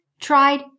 tried